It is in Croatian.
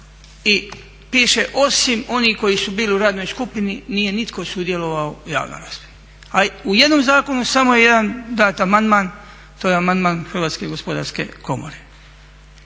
i piše osim onih koji su bili u radnoj skupini nije nitko sudjelovao u javnoj raspravi. A u jednom zakonu samo je jedan dan amandman, to je amandman Hrvatske gospodarske komore.